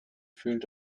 fühlt